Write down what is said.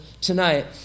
tonight